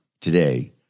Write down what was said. today